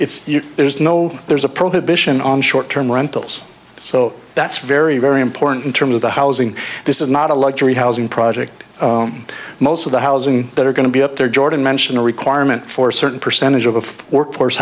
it's there's no there's a probation on short term rentals so that's very very important in terms of the housing this is not a luxury housing project most of the housing that are going to be up there jordan mentioned a requirement for a certain percentage of workforce